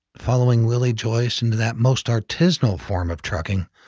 following willie joyce into that most ar tisanal form of trucking,